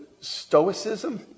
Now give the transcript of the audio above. Stoicism